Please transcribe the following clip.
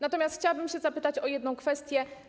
Natomiast chciałabym zapytać o jedną kwestię.